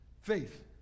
faith